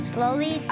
Slowly